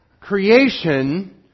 creation